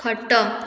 ଖଟ